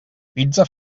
pizza